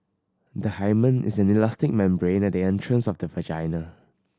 the hymen is an elastic membrane at the entrance of the vagina